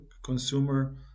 consumer